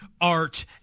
art